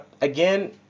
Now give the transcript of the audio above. Again